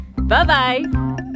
Bye-bye